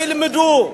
שילמדו,